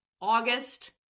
August –